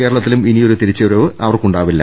കേര ളത്തിലും ഇനിയൊരു തിരിച്ചുവരവ് അവർക്കുണ്ടാവില്ല